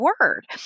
word